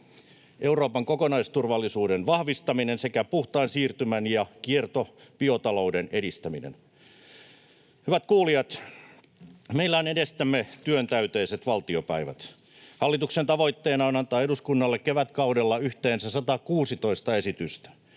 Euroopan kokonaisturvallisuuden vahvistaminen sekä puhtaan siirtymän ja kiertobiotalouden edistäminen. Hyvät kuulijat! Meillä on edessämme työntäyteiset valtiopäivät. Hallituksen tavoitteena on antaa eduskunnalle kevätkaudella yhteensä 116 esitystä,